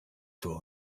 für